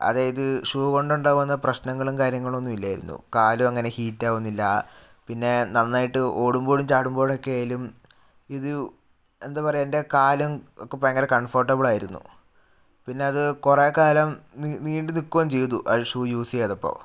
അതായത് ഷൂ കൊണ്ട് ഉണ്ടാകുന്ന പ്രശ്നങ്ങളും കാര്യങ്ങളൊന്നുവില്ലായിരുന്നു കാലും അങ്ങനെ ഹീറ്റ് ആകുന്നില്ല പിന്നേ നന്നായിട്ട് ഓടുമ്പോഴും ചാടുമ്പോഴും ഒക്കെ ആയാലും ഇത് എന്താ പറയുക എൻ്റെ കാലും ഒക്കെ ഭയങ്കര കംഫർട്ടബിളായിരുന്നു പിന്നത് കുറെ കാലം നീണ്ട് നിൽക്കുകയും ചെയ്തു ആ ഷൂ യൂസ് ചെയ്തപ്പോൾ